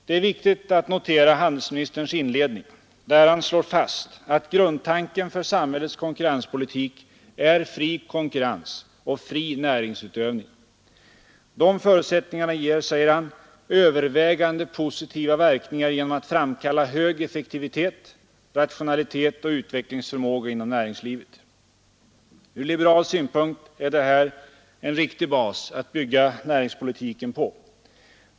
Det är viktigt att notera handelsministerns inledning, där han slår fast att grundtanken för samhällets konkurrenspolitik är fri konkurrens och näringsutövning. De förutsättningarna ger, säger han, övervägande positiva verkningar genom att framkalla hög effektivitet, rationalitet och utvecklingsförmåga inom näringslivet. Ur liberal synpunkt är detta en riktig bas att bygga näringspolitiken på.